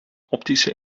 optische